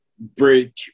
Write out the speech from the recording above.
break